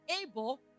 able